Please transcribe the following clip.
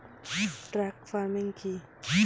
Truck farming কি?